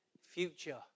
future